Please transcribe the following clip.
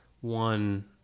one